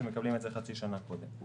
שמקבלים את זה חצי שנה קודם.